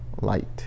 light